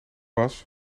was